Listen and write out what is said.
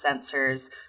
sensors